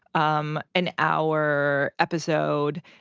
um an hour episode.